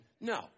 No